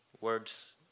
words